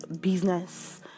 business